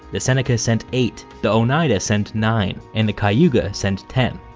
the seneca sent eight, the oneida sent nine, and the cayuga sent ten.